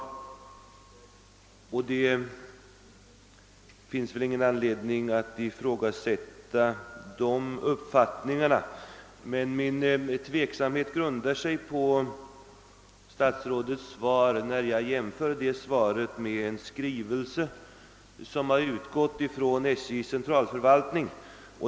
Det finns ingen anledning att ifrågasätta riktigheten av dessa uttalanden. Men jag blir tveksam när jag jämför detta svar med en skrivelse som har utgått från SJ:s centralförvaltning.